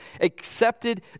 accepted